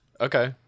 Okay